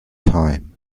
time